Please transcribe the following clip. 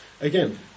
Again